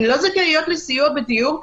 הן לא זכאיות לסיוע בדיור?